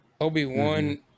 Obi-Wan